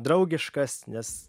draugiškas nes